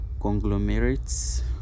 conglomerates